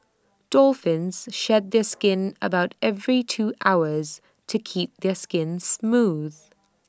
dolphins shed their skin about every two hours to keep their skin smooth